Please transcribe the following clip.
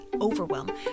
overwhelm